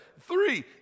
three